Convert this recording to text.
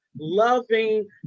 loving